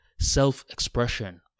self-expression